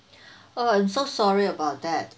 oh I'm so sorry about that